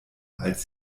als